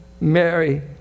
Mary